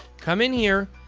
come in here.